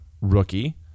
rookie